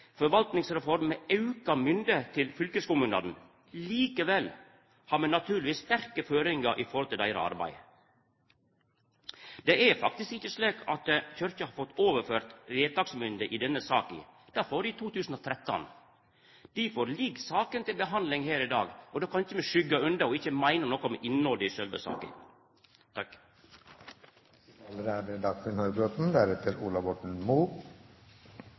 forvaltningsreform med auka mynde til fylkeskommunane. Likevel har vi naturlegvis sterke føringar i forhold til deira arbeid. Det er faktisk ikkje slik at Kyrkja har fått overført vedtaksmynde i denne saka. Det får ho i 2013. Difor ligg saka til behandling her i dag. Då kan vi ikkje skugga unna og ikkje meina noko om innhaldet i sjølve saka.